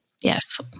Yes